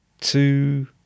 two